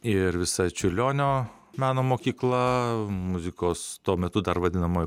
ir visa čiurlionio meno mokykla muzikos tuo metu dar vadinama